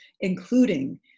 including